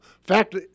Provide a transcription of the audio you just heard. fact